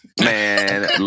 Man